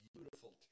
beautiful